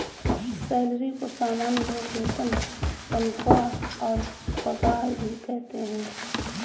salary को सामान्य लोग वेतन तनख्वाह और पगार भी कहते है